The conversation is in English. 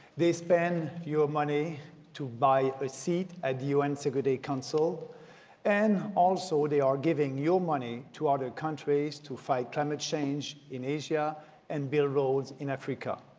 they spend your money to buy a seat at u n. security council and also they are giving your money to other countries to fight climate change in asia and build roads in africa.